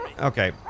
Okay